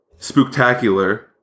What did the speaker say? spooktacular